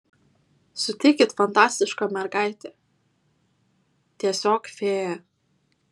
sutikit fantastiška mergaitė tiesiog fėja